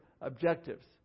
objectives